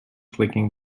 clicking